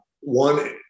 One